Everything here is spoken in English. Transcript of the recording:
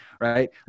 right